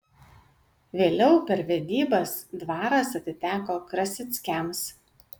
vėliau per vedybas dvaras atiteko krasickiams